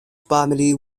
family